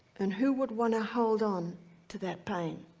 and who would want to hold on to that pain?